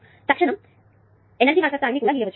తక్షణం energy versus టైమ్ని కూడా గీయవచ్చు